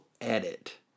Edit